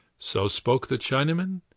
so spoke the chinaman,